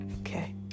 okay